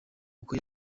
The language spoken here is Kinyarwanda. uko